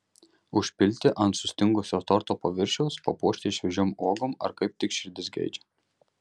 užpilti ant sustingusio torto paviršiaus papuošti šviežiom uogomis ar kaip tik širdis geidžia